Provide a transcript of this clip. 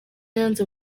nyanza